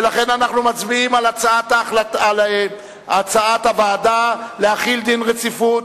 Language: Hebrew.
ולכן אנחנו מצביעים על הצעת הוועדה להחיל דין רציפות.